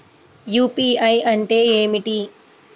UPI అంటే ఏమిటి?